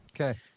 Okay